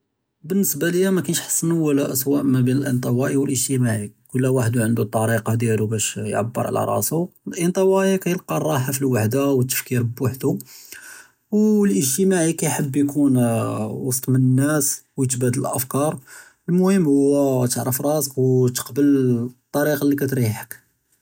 בִּנְסְבַּה לִיָא מַאקַאנְש חַסַּן מִן מַבֵּין אֶלְאִנְטַוַאִי וְאֶלְאִגְתִצָאדִי, כֻּּל וַחַד עַנְדּוּ תַּרִיקַה דִּיַאלוּ יְעַבֵּר עַל רַאסוּ. אֶלְאִנְטַוַאִי כֵּילְקַא אֶלְרָּחַה פִּי אֶלְוַחְדָה וְאֶלְתַּעְבִּיר בּוְחְדּו, וְאֶלְאִגְתִצָאדִי כֵּיַחַב יְקוּן וְסְט מִן אֶלְנַּאס וְתַבַּדֻּל אֶלְאַפְקַאר. אֶלְמֻהִימּ הוּוּא כּתְעַרֵף רַאסְكَ וּתְקַבֵּל אֶלְתַּרִיקַה לִי כּתְרִיחֶק.